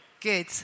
Good